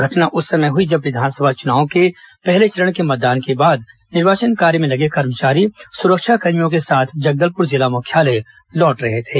घटना उस समय हई जब विधानसभा चुनाव के पहले चरण के मतदान के बाद निर्वाचन कार्य में लगे कर्मचारी सुरक्षाकर्मियों कर्क साथ जगदलपुर जिला मुख्यालय लौट रहे थे